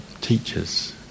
teachers